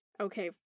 Okay